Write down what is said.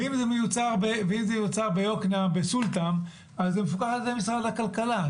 ואם זה מיוצר ביקנעם בסולתם אז זה מפוקח על ידי משרד הכלכלה,